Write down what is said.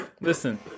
Listen